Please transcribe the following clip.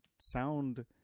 sound